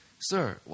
sir